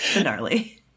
gnarly